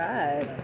Right